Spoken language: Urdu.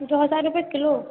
دو ہزار روپئے کلو